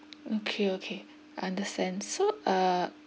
okay okay understand so uh